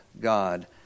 God